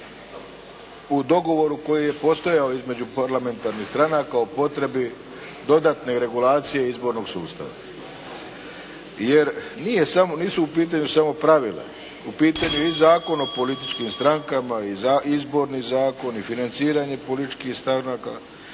u dogovoru koji je postao između parlamentarnih stranaka o potrebi dodatne regulacije izbornog sustava. Jer nije samo, nisu u pitanju samo pravila, u pitanju je i Zakon o političkim strankama i Izborni zakon i financiranje političkih stranaka,